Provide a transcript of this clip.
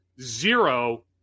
Zero